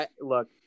Look